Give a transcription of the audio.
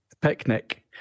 Picnic